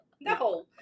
no